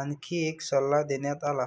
आणखी एक सल्ला देण्यात आला